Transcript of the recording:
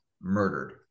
murdered